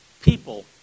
people